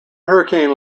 hurricane